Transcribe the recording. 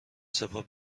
سپاه